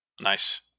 Nice